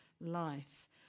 life